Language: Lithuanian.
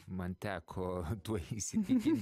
man teko tuo įsitikinti